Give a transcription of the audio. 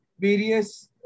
various